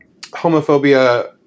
homophobia